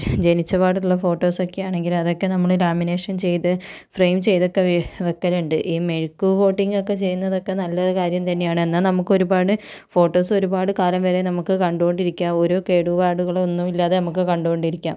ജനിച്ച പാടെയുള്ള ഫോട്ടോസൊക്കെ ആണെങ്കിലും അതൊക്കെ നമ്മൾ ലാമിനേഷൻ ചെയ്ത് ഫ്രേയിം ചെയ്തതൊക്കെ വെക്കലുണ്ട് ഈ മെഴുക്ക് കോട്ടിങ് ഒക്കെ ചെയ്യുന്നതൊക്കെ നല്ല കാര്യം തന്നെയാണ് എന്നാൽ നമുക്ക് ഒരുപാട് ഫോട്ടോസ് ഒരുപാട് കാലം വരെ നമുക്ക് കണ്ടുകൊണ്ടിരിക്കുക ഒരു കേടുപാടുകളൊന്നും ഇല്ലാതെ നമുക്ക് കണ്ടുകൊണ്ടിരിക്കാം